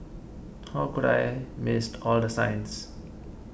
how could I missed all the signs